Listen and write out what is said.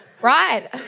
Right